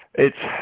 it's,